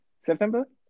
September